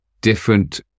different